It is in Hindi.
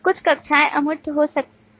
कुछ classes अमूर्त हो सकती हैं